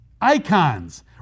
icons